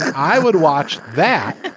i would watch that